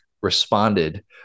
responded